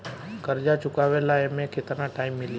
कर्जा चुकावे ला एमे केतना टाइम मिली?